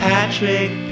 Patrick